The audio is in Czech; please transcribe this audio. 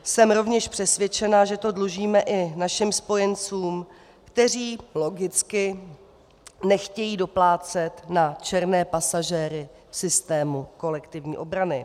Jsem rovněž přesvědčena, že to dlužíme i našim spojencům, kteří logicky nechtějí doplácet na černé pasažéry v systému kolektivní obrany.